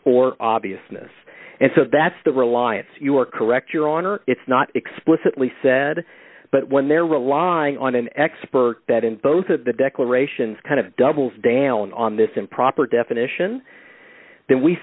or obviousness and so that's the reliance you're correct your honor it's not explicitly said but when they're relying on an expert that in both of the declarations kind of doubles down on this improper definition then we